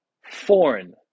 foreign